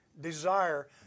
desire